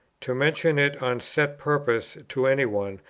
to mention it on set purpose to any one,